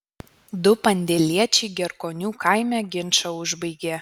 du pandėliečiai gerkonių kaime ginčą užbaigė